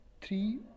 three